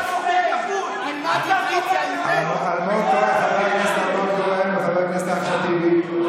חתיכת עילג, תלמד עברית, משני הצדדים.